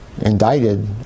indicted